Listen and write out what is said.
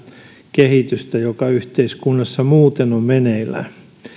kehitystä joka yhteiskunnassa muuten on meneillään